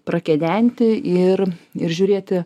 prakedenti ir ir žiūrėti